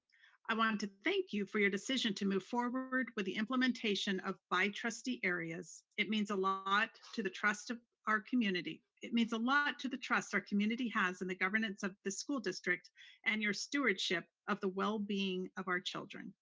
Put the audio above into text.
i wanted to thank you for your decision to move forward with the implementation of by-trustee areas, it means a lot to the trust of our community, it means a lot to the trust our community has in the governance of this school district and your stewardship of the well-being of our children,